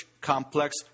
complex